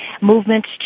movements